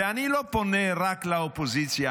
ואני לא פונה רק לאופוזיציה.